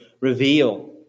reveal